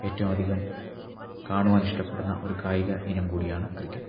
ഏറ്റവും അധികം കാണുവാൻ ഇഷ്ടപെടുന്ന ഒരു കായിക ഇനം കൂടിയാണ് ക്രിക്കറ്റ്